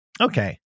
Okay